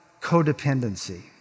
codependency